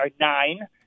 nine